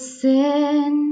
sin